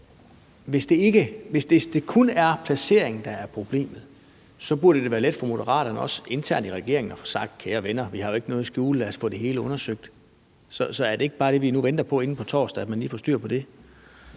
hvis det kun er placeringen, der er problemet, burde det være let for Moderaterne også internt i regeringen at få sagt: Kære venner, vi har jo ikke noget at skjule, lad os få det hele undersøgt. Så er det ikke bare det, vi nu venter på inden på torsdag, altså at man lige får styr på det?